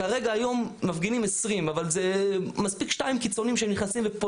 היום מפגינים 20 אבל מספיק שניים קיצוניים שנכנסים.